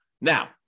Now